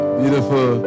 beautiful